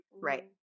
Right